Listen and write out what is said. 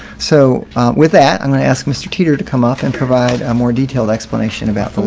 so with that, i'm going to ask mr. teeter to come up and provide a more detailed explanation about the